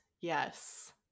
yes